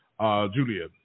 Julia